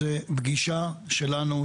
זה פגישה של נו,